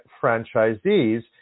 franchisees